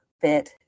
bit